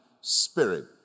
spirit